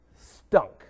stunk